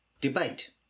debate